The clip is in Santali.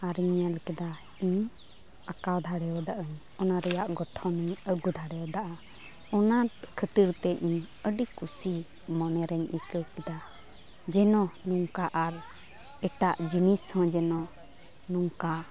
ᱟᱨᱤᱧ ᱧᱮᱞ ᱠᱮᱫᱟ ᱤᱧ ᱟᱸᱠᱟᱣ ᱫᱟᱲᱮᱣᱟᱫᱟᱹᱧ ᱚᱱᱟ ᱨᱮᱭᱟᱜ ᱜᱚᱴᱷᱚᱱ ᱤᱧ ᱟᱹᱜᱩ ᱫᱟᱲᱮᱣᱟᱫᱟ ᱚᱱᱟ ᱠᱷᱟᱹᱛᱤᱨᱛᱮ ᱤᱧ ᱟᱹᱰᱤ ᱠᱩᱥᱤ ᱢᱚᱱᱮᱨᱮᱧ ᱟᱹᱭᱠᱟᱹᱣ ᱠᱮᱫᱟ ᱡᱮᱱᱚ ᱱᱚᱝᱠᱟ ᱟᱨ ᱮᱴᱟᱜ ᱡᱤᱱᱤᱥᱦᱚᱸ ᱡᱮᱱᱚ ᱱᱚᱝᱠᱟ